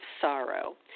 Sorrow